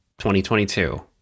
2022